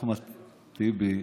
אחמד טיבי,